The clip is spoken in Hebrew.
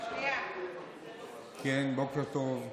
בוקר טוב.